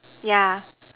yeah